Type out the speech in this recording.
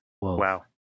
wow